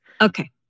Okay